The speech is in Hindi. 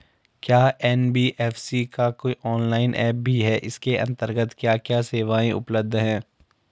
क्या एन.बी.एफ.सी का कोई ऑनलाइन ऐप भी है इसके अन्तर्गत क्या क्या सेवाएँ उपलब्ध हैं?